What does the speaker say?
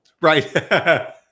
Right